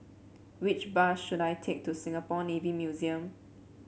which bus should I take to Singapore Navy Museum